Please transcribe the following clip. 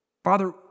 Father